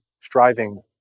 striving